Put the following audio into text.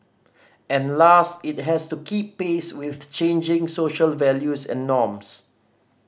and last it has to keep pace with changing social values and norms